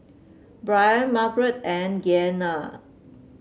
Brian Margeret and Gianna